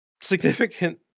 significant